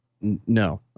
No